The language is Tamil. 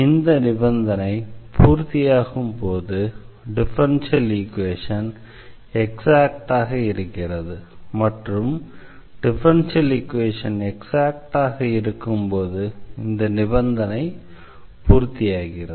இந்த நிபந்தனை பூர்த்தியாகும்போது டிஃபரன்ஷியல் ஈக்வேஷன் எக்ஸாக்டாக இருக்கிறது மற்றும் டிஃபரன்ஷியல் ஈக்வேஷன் எக்ஸாக்டாக இருக்கும்போது இந்த நிபந்தனை பூர்த்தியாகிறது